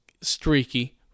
streaky